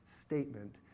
statement